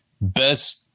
best